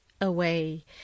away